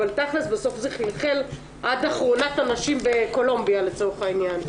אבל תכל'ס בסוף זה חלחל עד אחרונת הנשים בקולומביה לצורך העניין.